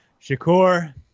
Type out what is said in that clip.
Shakur